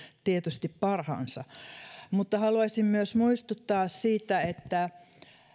tietysti parhaansa haluaisin myös muistuttaa siitä että